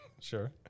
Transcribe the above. Sure